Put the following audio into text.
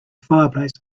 fireplace